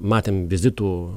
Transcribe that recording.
matėm vizitų